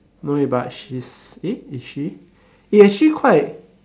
no eh but she's eh is she eh actually quite